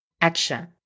action